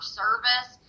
service